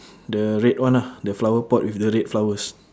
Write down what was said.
the red one ah the flower pot with the red flowers